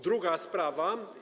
Druga sprawa.